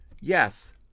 Yes